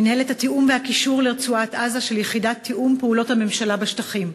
מינהלת התיאום והקישור לרצועת-עזה של יחידת תיאום פעולות הממשלה בשטחים,